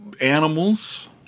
animals